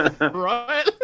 Right